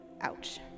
Ouch